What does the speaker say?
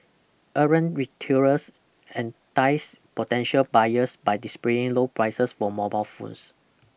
errant retailers entice potential buyers by displaying low prices for mobile phones